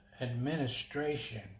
administration